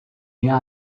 mehr